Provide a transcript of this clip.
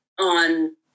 on